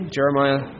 Jeremiah